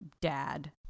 dad